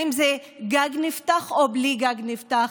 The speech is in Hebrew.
האם זה גג נפתח או בלי גג נפתח?